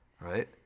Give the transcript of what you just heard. Right